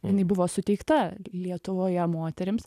jinai buvo suteikta lietuvoje moterims